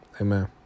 Amen